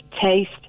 taste